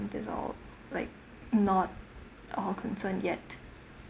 and these all like not our concern yet